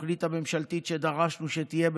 בתוכנית הממשלתית שדרשנו שתהיה,